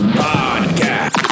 podcast